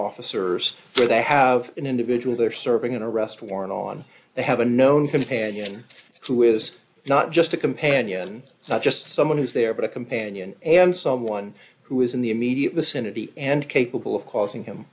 officers where they have an individual or serving in arrest warrant on they have a known companion who is not just a companion not just someone who is there but a companion and someone who is in the immediate vicinity and capable of causing him